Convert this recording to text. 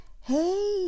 Hey